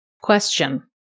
question